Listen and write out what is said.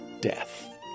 death